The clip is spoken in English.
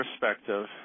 perspective